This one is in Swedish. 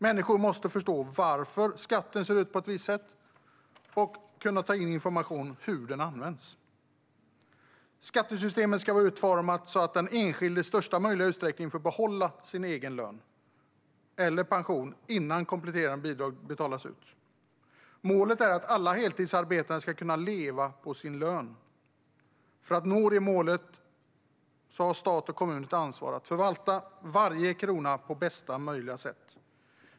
Människor måste förstå varför skatten ser ut på ett visst sätt och kunna ta in information om hur den används. Skattesystemet ska vara utformat så att den enskilde i största möjliga utsträckning får behålla sin egen lön eller pension innan kompletterande bidrag betalas ut. Målet är att alla heltidsarbetande ska kunna leva på sin lön. För att det målet ska nås har stat och kommun ett ansvar att förvalta varje krona på bästa möjliga sätt.